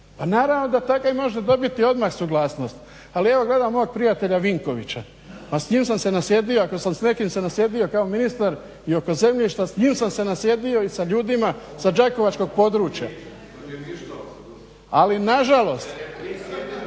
Pa naravno da takav može i dobiti odmah suglasnost, ali evo gledam mog prijatelja Vinkovića, pa s njim sam se nasjedio, ako sam s nekim se nasjedio kao ministar i oko zemljišta, s njim sam se nasjedio i sa ljudima sa đakovačkog područja. Ali nažalost,